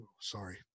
Sorry